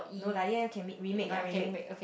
no lah this one can make remake one remake